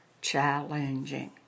Challenging